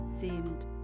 seemed